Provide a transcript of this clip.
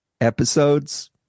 episodes